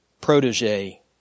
protege